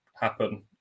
happen